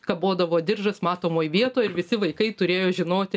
kabodavo diržas matomoj vietoj ir visi vaikai turėjo žinoti